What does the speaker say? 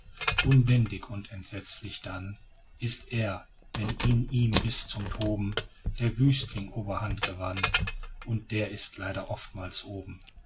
unbändig und entsetzlich dann ist er wenn in ihm bis zum toben der wüstling oberhand gewann und der ist leider oftmals oben